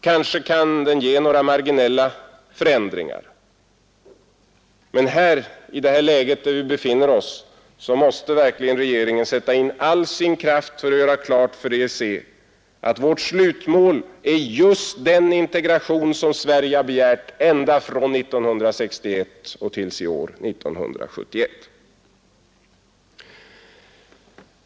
Kanske kan den ge några marginella förändringar, men i det läget där vi befinner oss måste verkligen regeringen sätta in all sin kraft att göra klart för EEC att vårt slutmål är just den integration som Sverige har begärt ända från 1961 och till i år, 1971.